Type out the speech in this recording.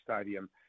stadium